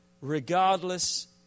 regardless